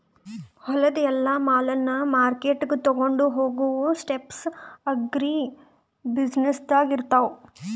ಹೊಲದು ಎಲ್ಲಾ ಮಾಲನ್ನ ಮಾರ್ಕೆಟ್ಗ್ ತೊಗೊಂಡು ಹೋಗಾವು ಸ್ಟೆಪ್ಸ್ ಅಗ್ರಿ ಬ್ಯುಸಿನೆಸ್ದಾಗ್ ಇರ್ತಾವ